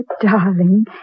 darling